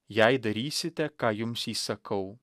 jei darysite ką jums įsakau